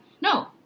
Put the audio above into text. No